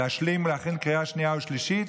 להשלים ולהכין לקריאה שנייה ושלישית.